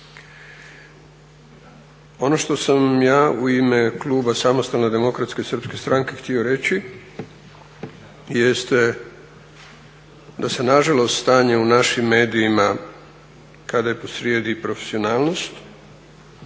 Ono što sam vam ja u ime kluba Samostalne demokratske Srpske stranke htio reći jeste da se nažalost stanje u našim medijima kada je posrijedi profesionalnost,